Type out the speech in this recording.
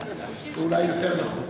זה אולי יותר נכון.